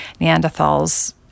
Neanderthals